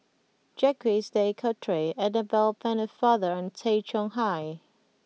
Jacques De Coutre Annabel Pennefather and Tay Chong Hai